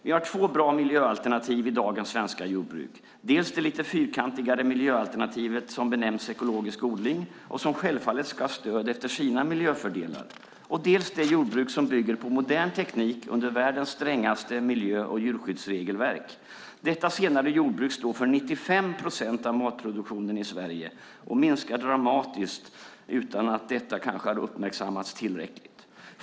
Vi har två bra miljöalternativ i dagens svenska jordbruk, dels det lite fyrkantigare miljöalternativet som benämns ekologisk odling, och som självfallet ska ha stöd efter sina miljöfördelar, dels det jordbruk som bygger på modern teknik under världens strängaste miljö och djurskyddsregelverk. Detta senare jordbruk står för 95 procent av matproduktionen i Sverige och minskar dramatiskt utan att detta kanske har uppmärksammats tillräckligt.